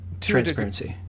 transparency